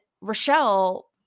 Rochelle